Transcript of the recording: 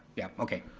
yeah, okay.